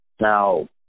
now